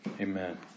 amen